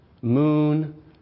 moon